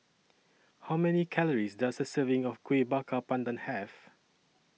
How Many Calories Does A Serving of Kueh Bakar Pandan Have